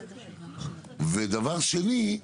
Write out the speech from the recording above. ודבר שני,